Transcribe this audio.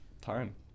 time